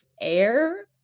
air